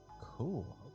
Cool